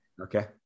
okay